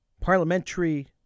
Parliamentary